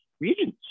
regions